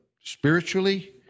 spiritually